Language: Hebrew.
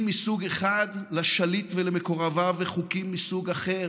מסוג אחד לשליט ולמקורביו וחוקים מסוג אחר